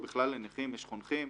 או בכלל לנכים יש חונכים.